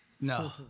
No